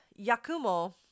Yakumo